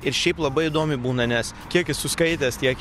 ir šiaip labai įdomiai būna nes kiek esu suskaitęs tiek